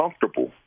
comfortable